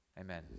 Amen